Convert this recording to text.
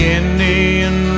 indian